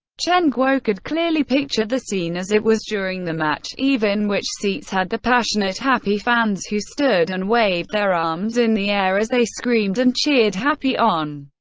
chen guo could clearly picture the scene as it was during the match, even which seats had the passionate happy fans who stood and waved their arms in the air as they screamed and cheered happy on.